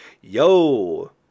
yo